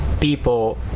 people